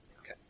Okay